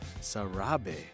Sarabe